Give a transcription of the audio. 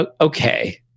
okay